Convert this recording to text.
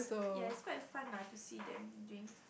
ya it's quite fun lah to see them doing